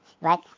Right